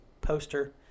poster